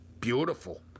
Beautiful